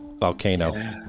volcano